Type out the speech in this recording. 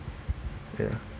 ya